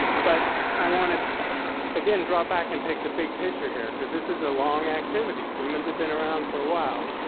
but i wanna again draw back and take the big picture here cause this is a long activity. humans have been around for a while,